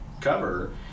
cover